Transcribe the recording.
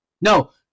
No